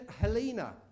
Helena